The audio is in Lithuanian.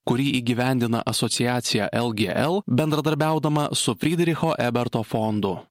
kurį įgyvendina asociacija lgl bendradarbiaudama su frydricho eberto fondu